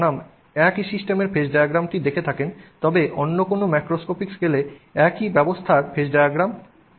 যদি আপনি ন্যানোস্কলে বনাম একই সিস্টেমের ফেজ ডায়াগ্রামটি দেখে থাকেন তবে অন্য কোনও ম্যাক্রোস্কোপিক স্কেলে একই ব্যবস্থার ফেজ ডায়াগ্রাম